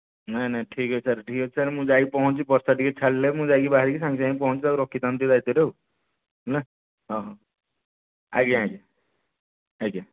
ନାଇଁ ନାଇଁ ଠିକ୍ ଅଛି ସାର୍ ଠିକ୍ ଅଛି ସାର୍ ମୁଁ ଯାଇକି ପହଁଞ୍ଚୁଛି ବର୍ଷା ଟିକିଏ ଛାଡ଼ିଲେ ମୁଁ ଯାଇକି ବାହାରିବି ସାଙ୍ଗେ ସାଙ୍ଗେ ପହଁଞ୍ଚିବି ତାକୁ ରଖିଥାନ୍ତୁ ଟିକିଏ ଦାୟିତ୍ଵରେ ଆଉ ହେଲା ହଁ ହଁ ଆଜ୍ଞା ଆଜ୍ଞା ଆଜ୍ଞା